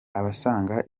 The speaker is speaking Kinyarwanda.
abasaga